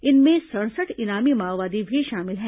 इनमें सड़सठ इनामी माओवादी भी शामिल हैं